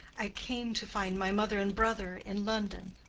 i came to find my mother and brother in london.